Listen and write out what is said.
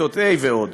כיתות ה' ועוד.